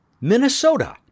Minnesota